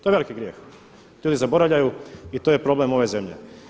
To je veliki grijeh, to ljudi zaboravljaju i to je problem ove zemlje.